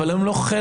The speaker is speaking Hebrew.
אבל הם לא חלק